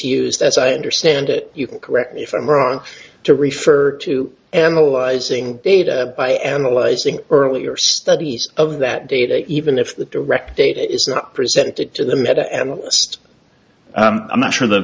used as i understand it you can correct me if i'm wrong to refer to analyzing data by analyzing earlier studies of that data even if the direct data is not presented to the med analyst i'm not sure the